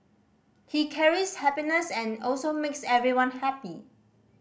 he carries happiness and also makes everyone happy